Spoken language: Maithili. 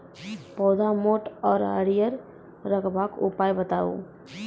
पौधा मोट आर हरियर रखबाक उपाय बताऊ?